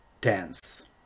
tense